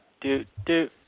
Do-do